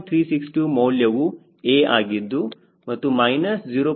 362 ಮೌಲ್ಯವು A ಆಗಿದ್ದು ಮತ್ತು ಮೈನಸ್ 0